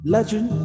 Legend